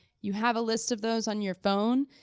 you have a list of those on your phone,